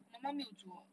我的妈妈没有煮的